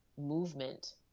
movement